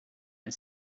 and